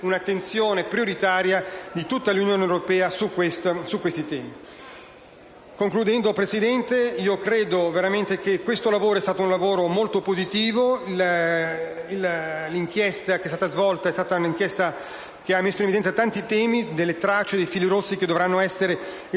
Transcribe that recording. un'attenzione prioritaria di tutta l'Unione europea su questi temi. Concludendo, Presidente, credo veramente che questo lavoro sia stato molto positivo. L'inchiesta che è stata svolta ha messo in evidenza tanti temi, tracce e fili rossi che dovranno essere esplorati